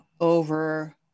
over